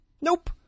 nope